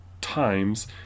times